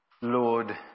lord